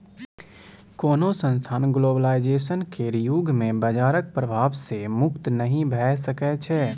कोनो संस्थान ग्लोबलाइजेशन केर युग मे बजारक प्रभाव सँ मुक्त नहि भऽ सकै छै